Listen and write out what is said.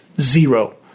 Zero